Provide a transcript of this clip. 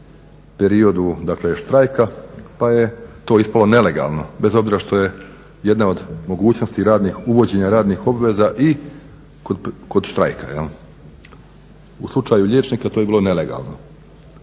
periodu štrajka pa je to ispalo nelegalno, bez obzira što je jedna od mogućnosti uvođenja radnih obveza i kod štrajka. U slučaju liječnika to je bilo nelegalno,